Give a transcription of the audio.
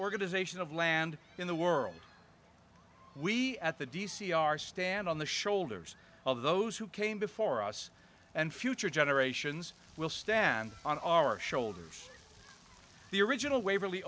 organization of land in the world we at the d c are stand on the shoulders of those who came before us and future generations will stand on our shoulders the original waverley